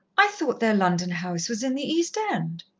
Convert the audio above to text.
i thought their london house was in the east end.